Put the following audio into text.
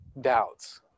doubts